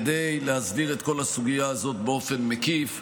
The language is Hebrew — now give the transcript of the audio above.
כדי להסדיר את כל הסוגיה הזאת באופן מקיף.